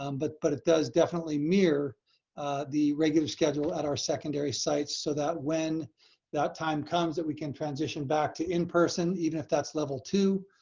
um but but it does definitely mirror the regular schedule at our secondary sites so that when that time comes, that we can transition back to in person even if that's level two,